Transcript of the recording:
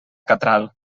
catral